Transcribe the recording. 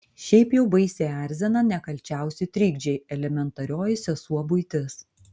šiaip jau baisiai erzina nekalčiausi trikdžiai elementarioji sesuo buitis